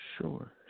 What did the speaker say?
Sure